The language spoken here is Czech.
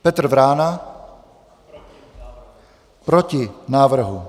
Petr Vrána: Proti návrhu.